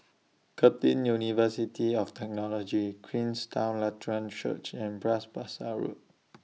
Curtin University of Technology Queenstown Lutheran Church and Bras Basah Road